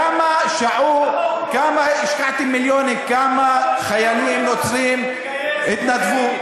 כמה, השקעתם מיליונים, כמה חיילים נוצרים התנדבו?